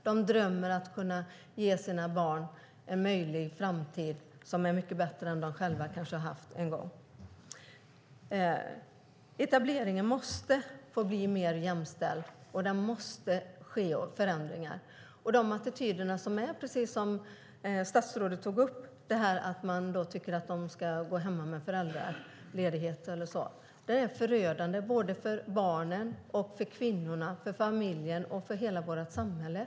De drömmer om att kunna ge sina barn ett framtida liv som kanske är mycket bättre än det som de själva kanske har haft. Etableringen måste bli mer jämställd, och det måste ske förändringar. De attityder som finns, och som statsrådet tog upp, om att man tycker att de ska gå hemma med föräldrapenning är förödande för barnen, för kvinnorna, för familjen och för hela vårt samhälle.